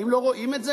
האם לא רואים את זה?